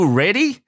ready